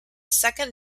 second